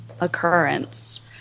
occurrence